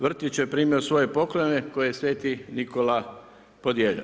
Vrtić je primio svoje poklone koje je sv. Nikola podijelio.